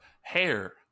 Hair